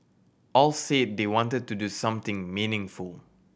all said they wanted to do something meaningful